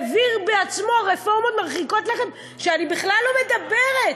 העביר בעצמו רפורמות מרחיקות לכת שעליהן אני בכלל לא מדברת.